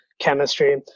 chemistry